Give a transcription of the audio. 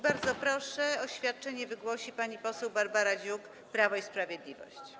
Bardzo proszę, oświadczenie wygłosi pani poseł Barbara Dziuk, Prawo i Sprawiedliwość.